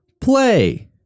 play